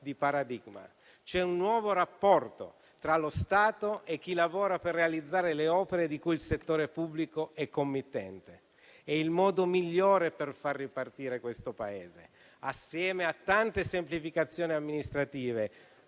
di paradigma, cioè un nuovo rapporto tra lo Stato e chi lavora per realizzare le opere di cui il settore pubblico è committente. È il modo migliore per far ripartire il Paese, assieme alle tante semplificazioni amministrative